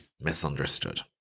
misunderstood